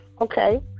okay